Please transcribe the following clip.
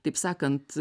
taip sakant